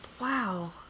Wow